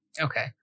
Okay